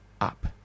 Up